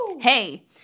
Hey